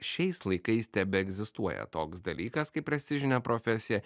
šiais laikais tebeegzistuoja toks dalykas kaip prestižinė profesija